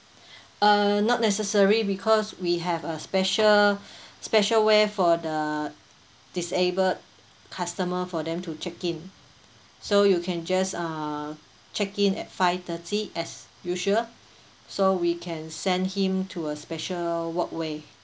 uh not necessary because we have a special special way for the disabled customer for them to check in so you can just uh check in at five-thirty as usual so we can send him to a special walkway